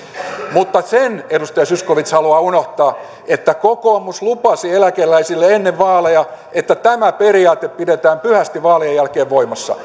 mutta sen edustaja zyskowicz haluaa unohtaa että kokoomus lupasi eläkeläisille ennen vaaleja että tämä periaate pidetään pyhästi vaalien jälkeen voimassa